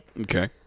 Okay